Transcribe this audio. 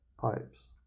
pipes